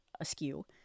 askew